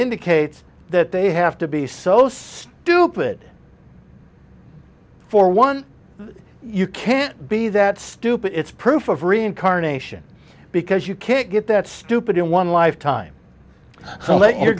indicates that they have to be so stupid for one you can't be that stupid it's proof of reincarnation because you can't get that stupid in one lifetime